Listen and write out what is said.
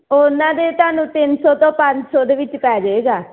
ਉਹਨਾਂ ਦੇ ਤੁਹਾਨੂੰ ਤਿੰਨ ਸੋ ਤੋਂ ਪੰਜ ਸੌ ਦੇ ਵਿੱਚ ਪੈ ਜੇਗਾ